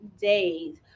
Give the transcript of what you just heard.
days